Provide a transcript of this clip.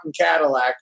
Cadillac